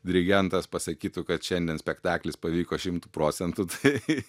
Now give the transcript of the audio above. dirigentas pasakytų kad šiandien spektaklis pavyko šimtu procentų tai